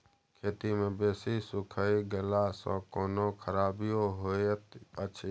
खेत मे बेसी सुइख गेला सॅ कोनो खराबीयो होयत अछि?